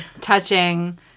touching